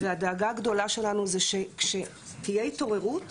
והדאגה הגדולה שלנו היא שכשתהיה התעוררות